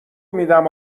میدم